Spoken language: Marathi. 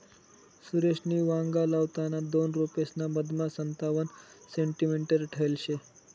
सुरेशनी वांगा लावताना दोन रोपेसना मधमा संतावण सेंटीमीटर ठेयल शे